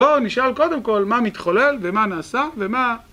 בואו נשאל קודם כל מה מתחולל ומה נעשה ומה...